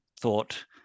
thought